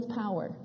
power